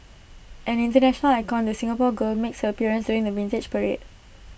an International icon the Singapore girl makes her appearance during the Vintage Parade